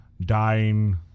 dying